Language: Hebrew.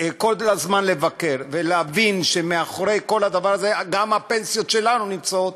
וכל הזמן לבקר ולהבין שמאחורי כל הדבר הזה גם הפנסיות שלנו נמצאות,